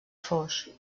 foix